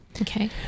Okay